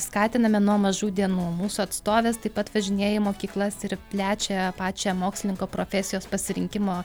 skatiname nuo mažų dienų mūsų atstovės taip pat važinėja į mokyklas ir plečia pačią mokslininko profesijos pasirinkimo